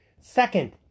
Second